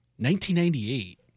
1998